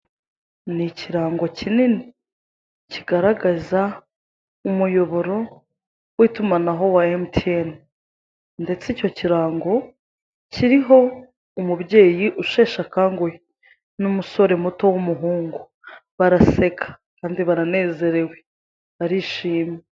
Ni ikirango kinini, ikigaragaza umuyoboro w'itumanaho wa MTN. Ndetse icyo ikirango kiriho umubyeyi usheshe akanguhe n'umusore muto w'umuhungu, baraseka, bombi baranezerewe, barishimye.